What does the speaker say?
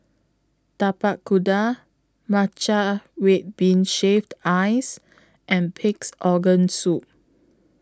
Tapak Kuda Matcha Red Bean Shaved Ice and Pig'S Organ Soup